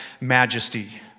majesty